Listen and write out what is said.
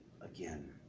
again